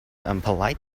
unpolite